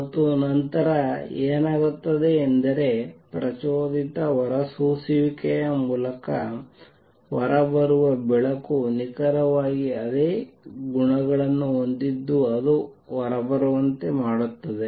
ಮತ್ತು ನಂತರ ಏನಾಗುತ್ತದೆ ಎಂದರೆ ಪ್ರಚೋದಿತ ಹೊರಸೂಸುವಿಕೆಯ ಮೂಲಕ ಹೊರಬರುವ ಬೆಳಕು ನಿಖರವಾಗಿ ಅದೇ ಗುಣಗಳನ್ನು ಹೊಂದಿದ್ದು ಅದು ಹೊರಬರುವಂತೆ ಮಾಡುತ್ತದೆ